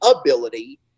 ability